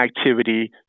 activity